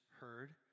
heard